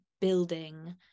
building